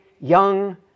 young